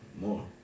more